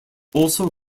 also